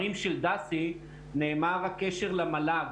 דסי נאמר הקשר למל"ג.